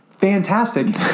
fantastic